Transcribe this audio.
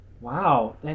Wow